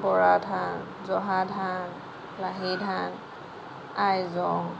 বৰা ধান জহা ধান লাহী ধান আইজং